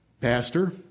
pastor